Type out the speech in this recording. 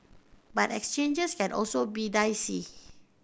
but exchanges can also be dicey